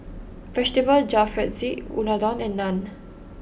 Vegetable Jalfrezi Unadon and Naan